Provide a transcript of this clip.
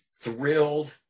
thrilled